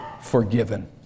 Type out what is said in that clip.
forgiven